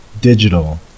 digital